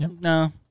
no